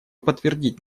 подтвердить